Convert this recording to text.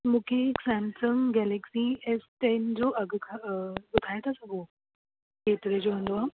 मूंखे हिकु Samsung Galaxy S ten जो अघु ॿुधाए था सघो केतिरे जो ईंदो आहे